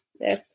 Yes